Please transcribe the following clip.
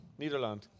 Nederland